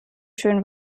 schön